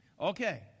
okay